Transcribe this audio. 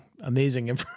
amazing